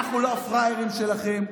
אנחנו לא הפראיירים שלכם,